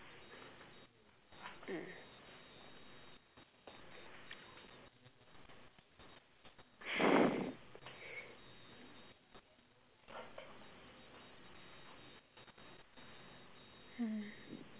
mm